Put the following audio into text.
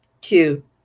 two